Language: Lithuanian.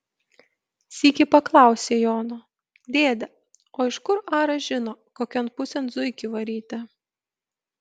sykį paklausė jono dėde o iš kur aras žino kokion pusėn zuikį varyti